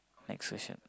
next question